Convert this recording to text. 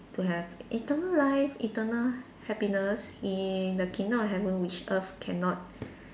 to have eternal life eternal happiness in the kingdom of happiness which earth cannot